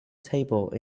table